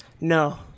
No